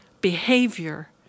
behavior